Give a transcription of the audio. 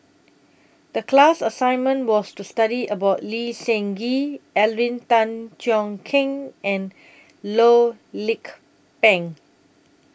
The class assignment was to study about Lee Seng Gee Alvin Tan Cheong Kheng and Loh Lik Peng